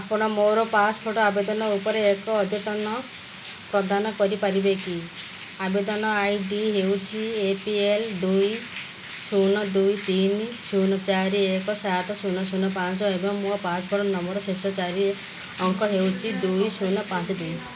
ଆପଣ ମୋର ପାସପୋର୍ଟ ଆବେଦନ ଉପରେ ଏକ ଅଦ୍ୟତନ ପ୍ରଦାନ କରିପାରିବେ କି ଆବେଦନ ଆଇ ଡି ହେଉଛି ଏ ପି ଏଲ୍ ଦୁଇ ଶୂନ ଦୁଇ ତିନି ଶୂନ ଚାରି ଏକ ସାତ ଶୂନ ଶୂନ ପାଞ୍ଚ ଏବଂ ମୋ ପାସପୋର୍ଟ ନମ୍ବରର ଶେଷ ଚାରି ଅଙ୍କ ହେଉଛି ଦୁଇ ଶୂନ ପାଞ୍ଚ ଦୁଇ